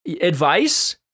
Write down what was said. advice